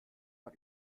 man